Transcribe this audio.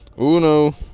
uno